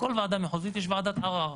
בכל ועדה מחוזית יש ועדת ערר.